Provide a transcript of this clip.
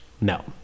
No